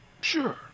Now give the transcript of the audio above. sure